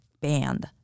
banned